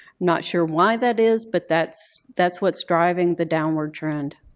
not sure why that is, but that's that's what's driving the downward trend.